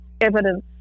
evidence